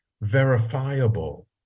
verifiable